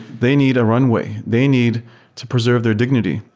they need a runway. they need to preserve their dignity.